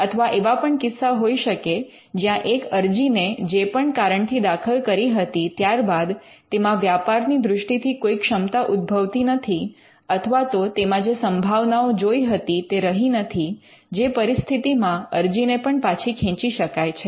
અથવા એવા પણ કિસ્સા હોઈ શકે જ્યાં એક અરજી ને જે પણ કારણથી દાખલ કરી હતી ત્યારબાદ તેમાં વ્યાપારની દૃષ્ટિથી કોઈ ક્ષમતા ઉદ્ભવતી નથી અથવા તો તેમાં જે સંભાવનાઓ જોઈ હતી તે રહી નથી જે પરિસ્થિતિમાં અરજીને પણ પાછી ખેંચી શકાય છે